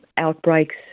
outbreaks